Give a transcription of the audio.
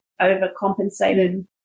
overcompensated